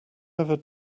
ever